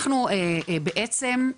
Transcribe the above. אנחנו בעצם,